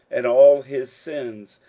and all his sins,